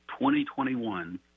2021